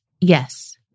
Yes